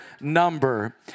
number